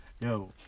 Yo